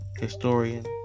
historian